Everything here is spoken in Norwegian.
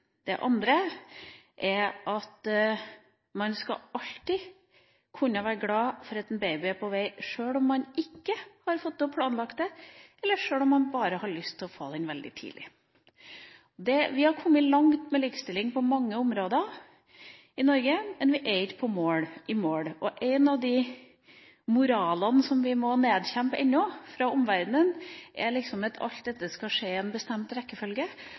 Det andre er at man skal alltid kunne være glad for at en baby er på vei, sjøl om man ikke har planlagt det, eller om man bare har lyst til å få den veldig tidlig. Vi har kommet langt med likestilling på mange områder i Norge, men vi er ikke i mål. En av moralene fra omverdenen som vi ennå må nedkjempe, er at alt dette liksom skal skje i en bestemt rekkefølge.